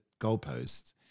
goalposts